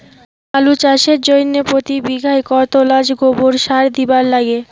আলু চাষের জইন্যে প্রতি বিঘায় কতোলা গোবর সার দিবার লাগে?